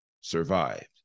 survived